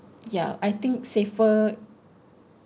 ya I think safer